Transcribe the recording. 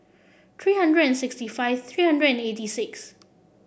three hundred and sixty five three hundred and eighty six